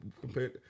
compared